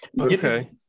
Okay